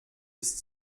ist